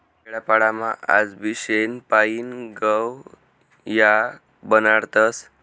खेडापाडामा आजबी शेण पायीन गव या बनाडतस